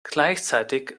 gleichzeitig